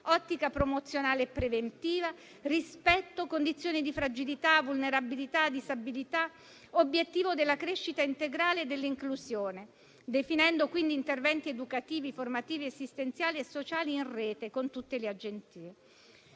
ottica promozionale e preventiva, rispetto, condizioni di fragilità, vulnerabilità, disabilità, obiettivo della crescita integrale e dell'inclusione, definendo quindi interventi educativi, formativi, assistenziali e sociali in rete con tutte le agenzie.